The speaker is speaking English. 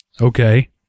Okay